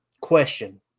question